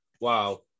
wow